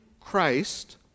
Christ